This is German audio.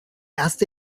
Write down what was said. erste